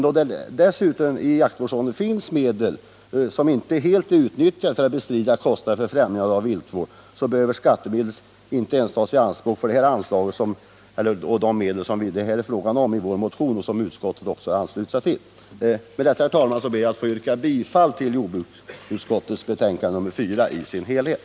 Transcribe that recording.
Då det i jaktvårdsfonden finns medel som inte helt har tagits i anspråk för att bestrida kostnaderna för främjandet av viltvården, behöver skattemedel inte tas i anspråk för det anslag som vi har föreslagit i vår motion och som utskottet har tillstyrkt. Med detta ber jag, herr talman, att få yrka bifall till jordbruksutskottets hemställan i dess helhet.